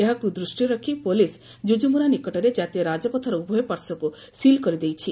ଏହାକୁ ଦୃଷ୍ଷିରେ ରଖ୍ ଯୁଯୁମରା ନିକଟରେ ଜାତୀୟ ରାଜଫଥର ଉଭୟ ପାର୍ଶ୍ୱକୁ ସିଲ୍ କରିଦେଇଛି